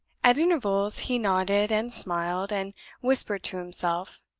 at intervals, he nodded, and smiled, and whispered to himself,